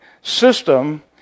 system